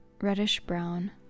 reddish-brown